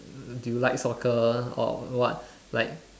like do you like soccer or what